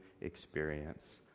experience